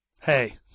Hey